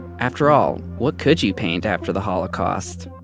after all, what could you paint after the holocaust,